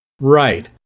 Right